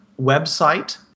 website